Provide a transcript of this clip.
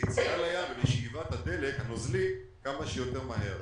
ליציאה לים ולשאיבת הדלק הנוזלי כמה שיותר מהר.